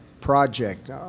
project